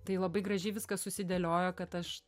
tai labai gražiai viskas susidėliojo kad aš